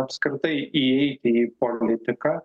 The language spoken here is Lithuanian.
apskritai įeiti į politiką